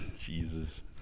Jesus